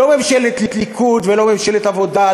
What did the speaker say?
לא ממשלת ליכוד ולא ממשלת עבודה,